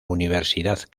universidad